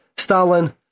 Stalin